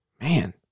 Man